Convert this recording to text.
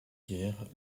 guerres